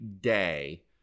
day